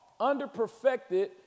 underperfected